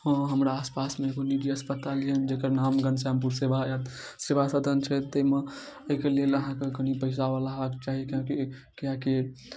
हँ हमरा आसपासमे एगो निजी अस्पताल अइ जकर नाम घनश्यामपुर सेवा सेवा सदन छै ताहिमे एहिके लेल अहाँके कनि पइसावला हेबाके चाही किएकि